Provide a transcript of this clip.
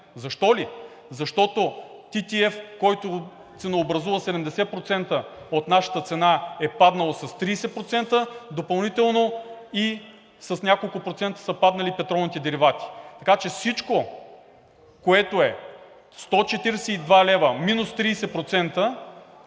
Защо ли? Защото TTF, който ценообразува 70% от нашата цена, е паднал с 30% допълнително и с няколко процента са паднали петролните деривати. Така че всичко, което е 142 лв. минус 30%,